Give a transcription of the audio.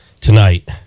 tonight